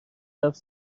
رفت